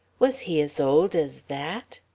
was he as old as that?